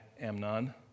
Amnon